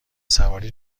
سواری